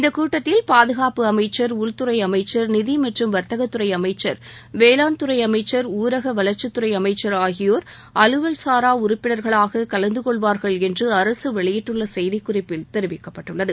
இந்த கூட்டத்தில் பாதுகாப்பு அமைச்சர் உள்துறை அமைச்சர் நிதி மற்றும் வா்த்தக துறை அமைச்சர் வேளாண்மை துறை அமைச்சர் ஊரக வளர்ச்சித்துறை அமைச்சர் ஆகியோர் அலுவல் சாரா உறுப்பினர்களாக கலந்தகொள்வார்கள் என்று அரசு வெளியிட்டுள்ள செய்திக்குறிப்பில் தெரிவிக்கப்பட்டுள்ளது